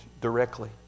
directly